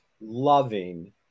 loving